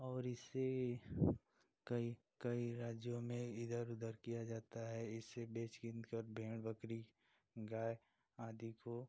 और इसे कई कई राज्यों में इधर उधर किया जाता है इसे बेच कीन कर भेड़ बकरी गाय आदि को